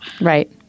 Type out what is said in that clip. Right